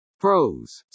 Pros